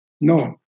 no